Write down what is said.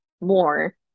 more